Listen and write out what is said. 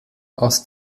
aus